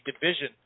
division